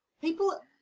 People